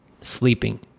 sleeping